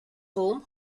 film